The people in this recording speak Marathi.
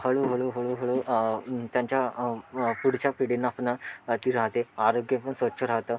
हळू हळू हळू हळू त्यांच्या पुढच्या पिढींना पण ती राहते आरोग्य पण स्वच्छ राहतं